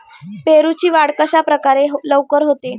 पेरूची वाढ कशाप्रकारे लवकर होते?